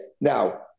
now